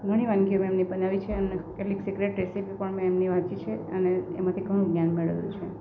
ઘણી વાનગીઓ મેં એમની બનાવી છે એમને કેટલીક સિક્રેટ રેસીપી પણ મેં એમની વાંચી છે અને એમાંથી ઘણું જ્ઞાન મેળવ્યું છે